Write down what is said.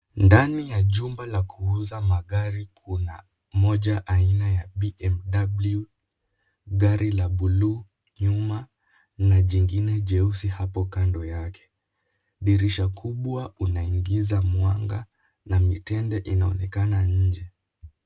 Ndani ya jumba la kuuza magari kuna moja aina ya BMW, gari la buluu nyuma na jingine jeusi hapo kando yake. Dirisha kubwa unaingiza mwanga na mitende inaonekana nje.